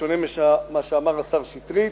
בשונה ממה שאמר השר שטרית,